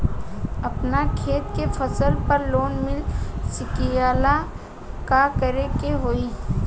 अपना खेत के फसल पर लोन मिल सकीएला का करे के होई?